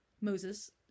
Moses